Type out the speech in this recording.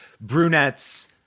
brunettes